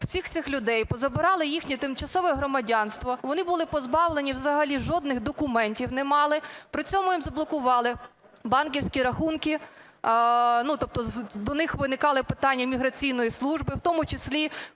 всіх цих людей позабирали їхні тимчасове громадянство, вони були позбавлені взагалі жодних документів не мали. При цьому їм заблокували банківські рахунки, тобто до них виникали питання міграційної служби. В тому числі